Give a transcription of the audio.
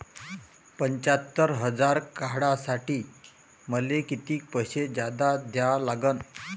पंच्यात्तर हजार काढासाठी मले कितीक पैसे जादा द्या लागन?